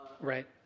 Right